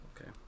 Okay